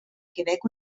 quebec